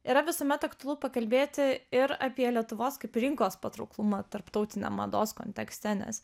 yra visuomet aktualu pakalbėti ir apie lietuvos kaip rinkos patrauklumą tarptautine mados kontekste nes